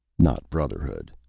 not brotherhood,